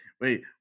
Wait